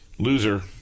Loser